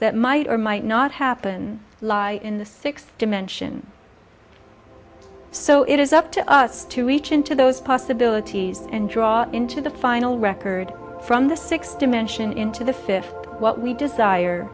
that might or might not happen lie in the sixth dimension so it is up to us to reach into those possibilities and draw into the final record from the sixth dimension into the fifth what we desire